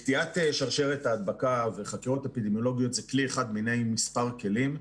קטיעת שרשרת ההדבקה וחקירות אפידמיולוגיות זה כלי אחד מיני מספר כלים,